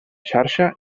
xarxa